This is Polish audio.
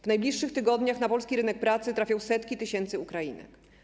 W najbliższych tygodniach na polski rynek pracy trafią setki tysięcy Ukrainek.